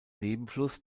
nebenfluss